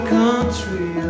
country